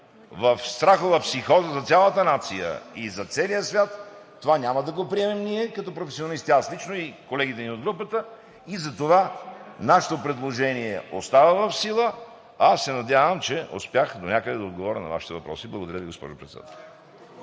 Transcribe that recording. в страхова психоза за цялата нация и за целия свят – това няма да го приемем ние като професионалисти, аз лично и колегите ми от групата. Затова нашето предложение остава в сила. Надявам се, че успях донякъде да отговоря на Вашите въпроси. Благодаря Ви, госпожо Председател.